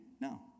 No